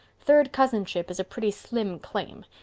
third cousinship is a pretty slim claim.